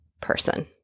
person